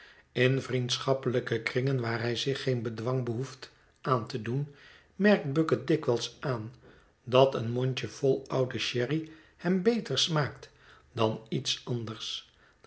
in vriendschappelijke kringen waar hij zich geen bedwang behoeft aan te doen merkt bucket dikwijls aan dat een mondje vol ouden sherry hem beter smaakt dan iets anders